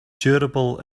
durable